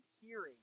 hearing